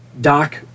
Doc